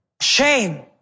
Shame